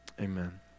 amen